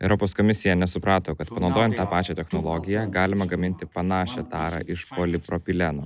europos komisija nesuprato kad panaudojant tą pačią technologiją galima gaminti panašią tarą iš polipropileno